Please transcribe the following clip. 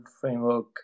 framework